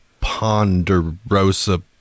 Ponderosa